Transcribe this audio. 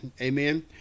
Amen